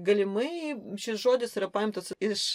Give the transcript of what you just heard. galimai šis žodis yra paimtas iš